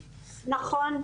נכון.